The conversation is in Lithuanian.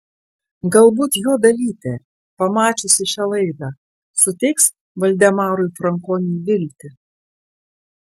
galbūt jo dalytė pamačiusi šią laidą suteiks valdemarui frankoniui viltį